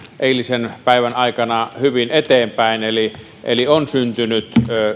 eilisen päivän aikana hyvin eteenpäin eli eli on syntynyt